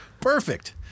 Perfect